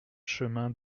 chemin